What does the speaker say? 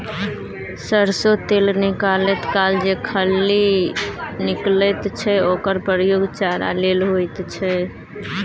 सरिसों तेल निकालैत काल जे खली निकलैत छै ओकर प्रयोग चारा लेल होइत छै